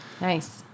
nice